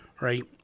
right